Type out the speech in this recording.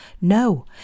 No